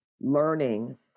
Learning